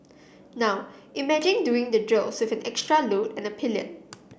now imagine doing the drills with an extra load and a pillion